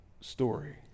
story